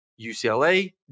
UCLA